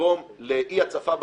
שיגרום לאי הצפה בשוק,